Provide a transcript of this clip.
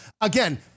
again